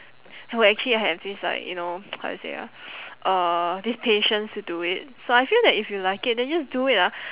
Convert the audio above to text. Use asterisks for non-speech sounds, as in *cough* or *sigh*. who actually have this like you know *noise* how to say ah *noise* uh this patience to do it so I feel that if you like it then just do it ah